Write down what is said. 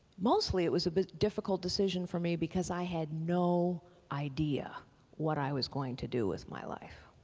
mostly it was a difficult decision for me because i had no idea what i was going to do with my life.